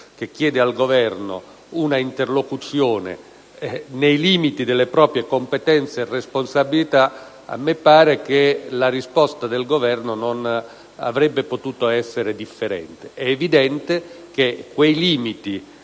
che chiede al Governo una interlocuzione, nei limiti delle proprie competenze e responsabilità, a me pare che la risposta del Governo non avrebbe potuto essere differente. È evidente che quei limiti